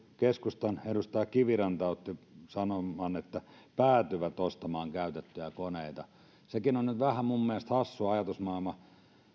keskustan edustaja kiviranta sanoi että päätyvät ostamaan käytettyjä koneita sekin on nyt minun mielestäni vähän hassu ajatusmaailma